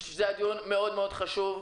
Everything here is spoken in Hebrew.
הוא היה מאוד מאוד חשוב.